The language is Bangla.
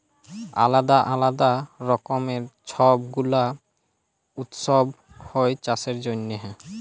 আলদা আলদা রকমের ছব গুলা উৎসব হ্যয় চাষের জনহে